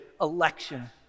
election